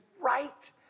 right